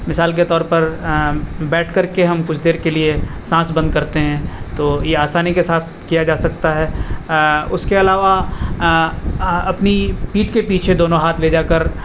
مثال کے طور پر بیٹھ کر کے ہم کچھ دیر کے لیے سانس بند کرتے ہیں تو یہ آسانی کے ساتھ کیا جا سکتا ہے اس کے علاوہ اپنی پیٹھ کے پیچھے دونوں ہاتھ لے جا کر